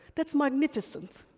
that's magnificent.